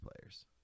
players